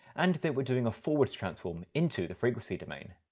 and that we're doing a forward transform into the frequency domain.